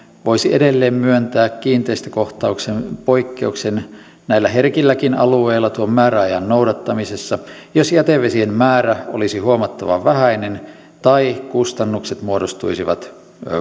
voisi edelleen myöntää kiinteistökohtaisen poikkeuksen näillä herkilläkin alueilla tuon määräajan noudattamisessa jos jätevesien määrä olisi huomattavan vähäinen tai kustannukset muodostuisivat